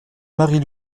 marie